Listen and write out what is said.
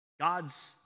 God's